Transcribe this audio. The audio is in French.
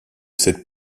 cette